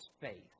faith